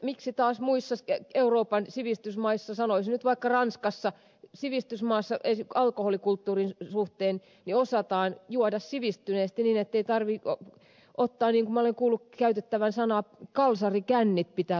miksi taas muissa euroopan sivistysmaissa sanoisin nyt vaikka ranskassa alkoholikulttuurin perusteella osataan juoda sivistyneesti niin ettei tarvitse ottaa niin kuin minä olen kuullut sanottavan kalsarikännejä niin kuin suomessa pitää ottaa